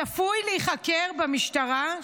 צפוי להיחקר במשטרה.